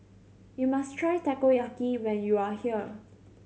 you must try Takoyaki when you are here